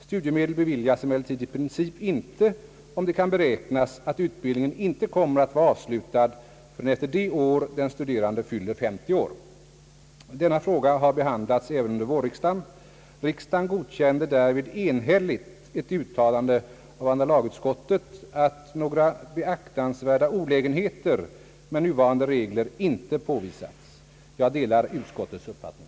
Studiemedel beviljas emellertid i princip inte, om det kan beräknas, att utbildningen inte kommer att vara avslutad förrän efter det år den studerande fyller 50 år. Denna fråga har behandlats även under vårriksdagen. Riksdagen godkände därvid enhälligt ett uttalande av andra lagutskottet att några beaktansvärda olägenheter med nuvarande regler inte påvisats. Jag delar utskottets uppfattning.